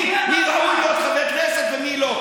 הוא מסית בכוונה כדי לפגוע בחברי הכנסת הערבים,